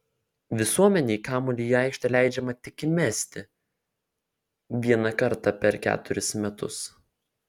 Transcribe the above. visuomenei kamuolį į aikštę leidžiama tik įmesti vieną kartą per keturis metus